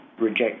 reject